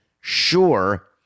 Sure